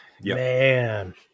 Man